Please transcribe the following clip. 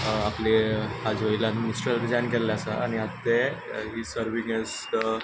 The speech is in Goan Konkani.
आपलें हाजे वयल्यान मिनिस्टर म्हण रिजायन केल्लें आसा आनी आतां ते he is serving has the